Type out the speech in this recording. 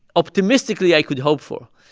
optimistically, i could hope for.